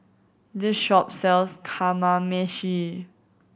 this shop sells Kamameshi